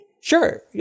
Sure